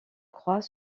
croix